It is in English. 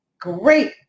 Great